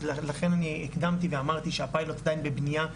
אז לכן אני הקדמתי ואמרתי שהפיילוט עדיין בבנייה,